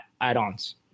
add-ons